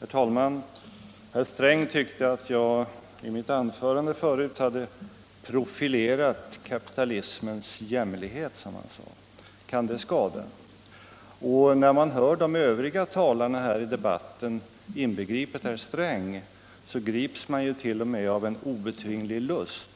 Herr talman! Herr Sträng tyckte att jag i mitt anförande hade profilerat kapitalismens jämmerlighet, som han sade. Kan det skada? När man hör de övriga talarna här i debatten, inklusive herr Sträng, grips man av en obetvinglig lust